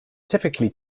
typically